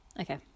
okay